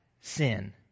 sin